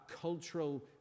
cultural